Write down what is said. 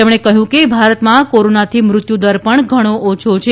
તેમણે કહ્યું કે ભારતમાં કોરોનાથી મૃત્યુદર પણ ઘણો ઓછો છે